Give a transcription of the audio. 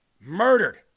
murdered